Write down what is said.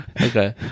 okay